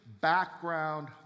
background